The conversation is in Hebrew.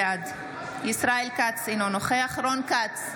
בעד ישראל כץ, אינו נוכח רון כץ,